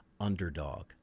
underdog